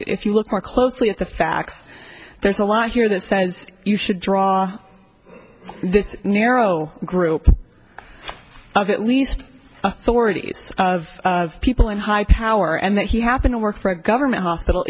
if you look more closely at the facts there's a lot here that says you should draw the narrow group ok at least authorities of people in high power and that he happen to work for a government hospital